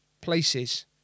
places